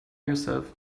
yourself